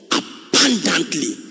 abundantly